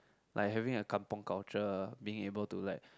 like having a kampung culture being able to like